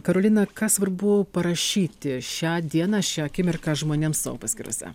karolina ką svarbu parašyti šią dieną šią akimirką žmonėms savo paskyrose